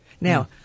Now